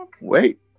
Wait